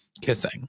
kissing